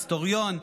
היסטוריון,